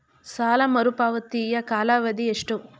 ಸಾಲ ಮರುಪಾವತಿಯ ಕಾಲಾವಧಿ ಎಷ್ಟು?